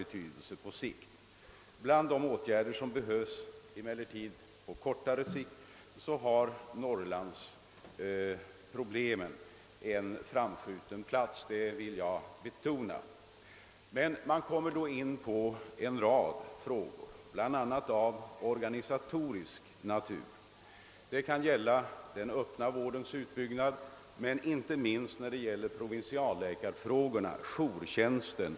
Samtidigt vill jag emellertid betona att när det gäller åtgärder som behöver vidtas på kortare sikt intar norrlandsproblemen en framskjuten plats. Men vi kommer då in på en rad frågor, bl.a. av organisatorisk natur. Det kan gälla den öppna vårdens utbyggnad och inte minst provinsialläkarfrågorna och jourtjänsten.